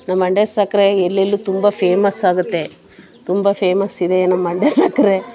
ನಮ್ಮ ಮಂಡ್ಯ ಸಕ್ಕರೆ ಎಲ್ಲೆಲ್ಲು ತುಂಬ ಫೇಮಸ್ ಆಗುತ್ತೆ ತುಂಬ ಫೇಮಸ್ ಇದೆ ನಮ್ಮ ಮಂಡ್ಯ ಸಕ್ಕರೆ